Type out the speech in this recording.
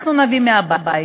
אנחנו נביא מהבית.